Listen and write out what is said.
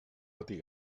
patir